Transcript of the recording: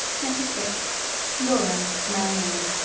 letter sixth laura to marianne